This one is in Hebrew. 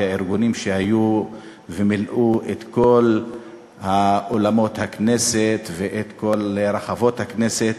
והארגונים שהיו ומילאו את כל אולמות הכנסת ואת כל רחבות הכנסת,